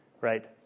right